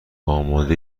آماده